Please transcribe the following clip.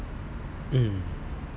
um